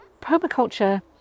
permaculture